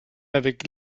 avec